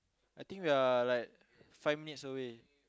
I think we're like five minutes away